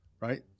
right